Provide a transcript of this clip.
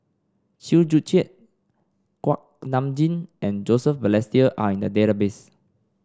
Chew Joo Chiat Kuak Nam Jin and Joseph Balestier are in the database